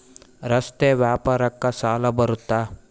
ರಸ್ತೆ ವ್ಯಾಪಾರಕ್ಕ ಸಾಲ ಬರುತ್ತಾ?